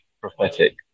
prophetic